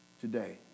today